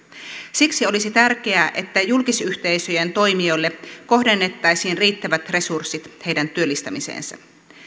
siksi olisi tärkeää että julkisyhteisöjen toimijoille kohdennettaisiin riittävät resurssit heidän työllistämiseensä